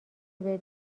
بهت